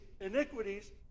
Iniquities